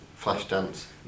Flashdance